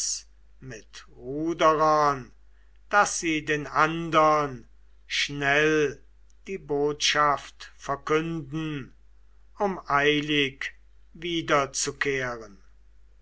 mit ruderern daß sie den andern schnell die botschaft verkünden um eilig